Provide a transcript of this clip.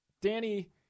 Danny